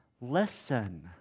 listen